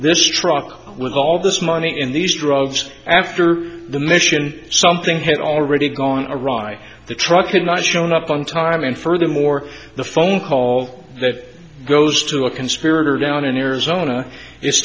this truck with all this money in these drugs after the mission something had already gone awry the truck and i showed up on time and furthermore the phone call that goes to a conspirator down in arizona i